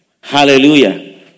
Hallelujah